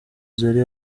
zari